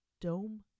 dome